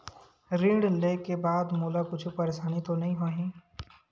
ऋण लेके बाद मोला कुछु परेशानी तो नहीं होही?